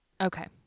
Okay